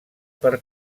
per